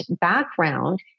background